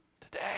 Today